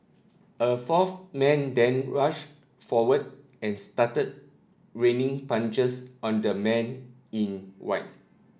a fourth man then rushed forward and started raining punches on the man in white